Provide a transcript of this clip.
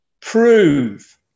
prove